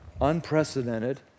unprecedented